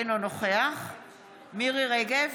אינו נוכח מירי מרים רגב,